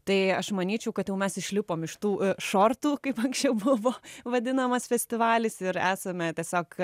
tai aš manyčiau kad jau mes išlipom iš tų šortų kaip anksčiau buvo vadinamas festivalis ir esame tiesiog